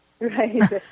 Right